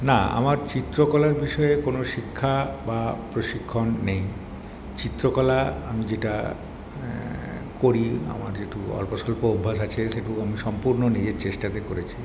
না আমার চিত্রকলার বিষয়ে কোন শিক্ষা বা প্রশিক্ষণ নেই চিত্রকলা আমি যেটা করি আমার যেটুকু অল্পস্বল্প অভ্যাস আছে সেটুকু আমি সম্পূর্ণ নিজের চেষ্টাতে করেছি